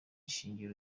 shingiro